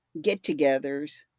get-togethers